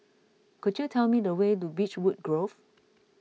could you tell me the way to Beechwood Grove